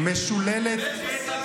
זה בית הדין.